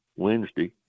wednesday